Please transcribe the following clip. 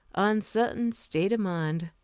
uncertain state of mind.